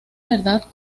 verdad